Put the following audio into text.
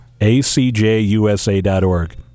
acjusa.org